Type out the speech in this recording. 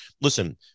Listen